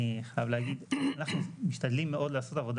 אני חייב להגיד שאנחנו משתדלים מאוד לעשות עבודה